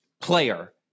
player